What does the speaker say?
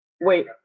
Wait